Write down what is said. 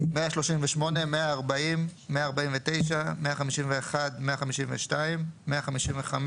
138, 140, 149, 151, 152, 155,